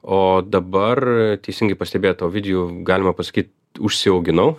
o dabar teisingai pastebėjot ovidijau galima pasakyt užsiauginau